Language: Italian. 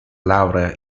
laurea